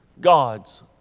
God's